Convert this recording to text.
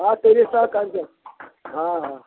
ହଁ ତିରିଶ ଟଙ୍କା ହଁ ହଁ